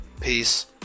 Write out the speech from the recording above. Peace